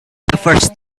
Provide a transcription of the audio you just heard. first